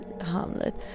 Hamlet